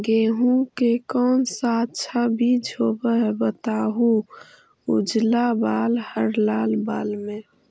गेहूं के कौन सा अच्छा बीज होव है बताहू, उजला बाल हरलाल बाल में?